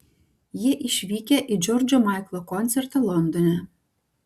jie išvykę į džordžo maiklo koncertą londone